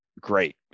great